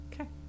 Okay